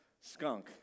skunk